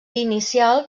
inicial